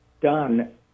done